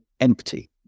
empty